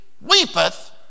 weepeth